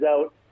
out